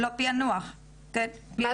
יש משהו